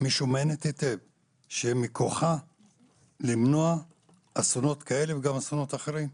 משומנת היטב שבכוחה למנוע אסונות כאלה ואסונות אחרים.